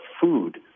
food